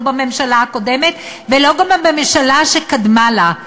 לא בממשלה הקודמת וגם לא בממשלה שקדמה לה.